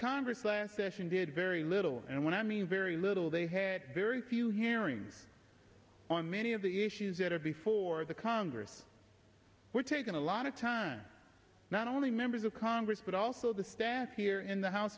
congress last session did very little and when i mean very little they had very few hearings on many of the issues that are before the congress were taking a lot of time not only members of congress but also the staff here in the house